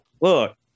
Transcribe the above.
look